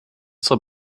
zur